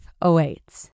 awaits